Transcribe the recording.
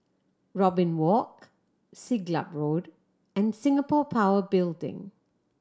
Robin Walk Siglap Road and Singapore Power Building